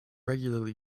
regularly